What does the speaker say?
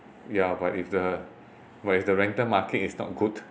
yeah but if the but if the rental market is not good